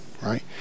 Right